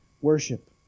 worship